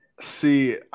See